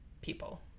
people